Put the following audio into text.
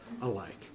alike